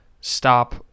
stop